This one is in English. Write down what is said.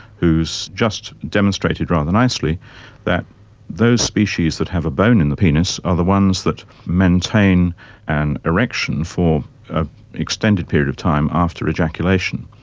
just demonstrated rather nicely that those species that have a bone in the penis of the ones that maintain an erection for an extended period of time after ejaculation.